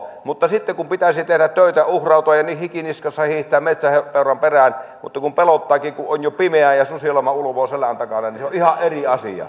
mutta sitten kun pitäisi tehdä töitä uhrautua ja hiki niskassa hiihtää metsäpeuran perään mutta kun pelottaakin kun on jo pimeää ja susilauma ulvoo selän takana niin se on ihan eri asia